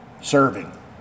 Serving